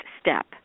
step